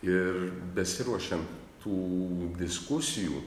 ir besiruošiant tų diskusijų